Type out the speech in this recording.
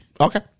okay